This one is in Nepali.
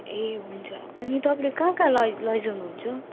ए हुन्छ अनि तपाईँले कहाँ कहाँ लै लैजानुहुन्छ